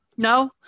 No